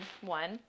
one